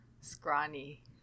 Scrawny